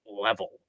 level